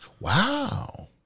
Wow